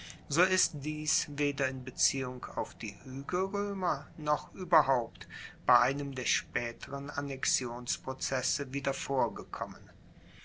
so ist dies weder in beziehung auf die huegelroemer noch ueberhaupt bei einem der spaeteren annexionsprozesse wieder vorgekommen